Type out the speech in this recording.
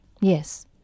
Yes